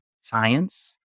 science